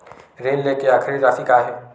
ऋण लेके आखिरी राशि का हे?